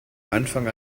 anfang